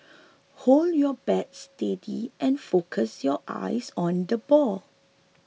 hold your bat steady and focus your eyes on the ball